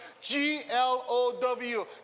G-L-O-W